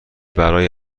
برای